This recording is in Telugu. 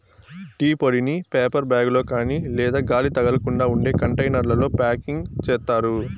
టీ పొడిని పేపర్ బ్యాగ్ లో కాని లేదా గాలి తగలకుండా ఉండే కంటైనర్లలో ప్యాకింగ్ చేత్తారు